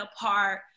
apart